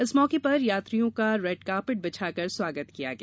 इस मौके पर यात्रियों का रेडकार्पेट बिछाकर स्वागत किया गया